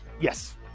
Yes